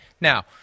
Now